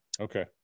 Okay